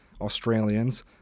Australians